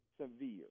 severe